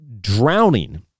drowning